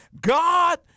God